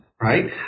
right